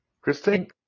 Christine